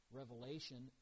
revelation